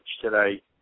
today